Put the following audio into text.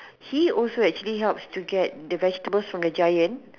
he also actually helps to get the vegetables from the giant